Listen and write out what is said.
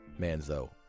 Manzo